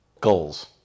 Goals